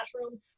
classroom